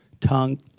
Tongue